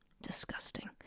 disgusting